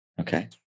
Okay